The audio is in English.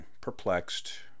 perplexed